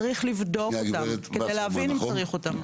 צריך לבדוק אותם כדי להבין אם צריך אותם.